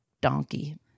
donkey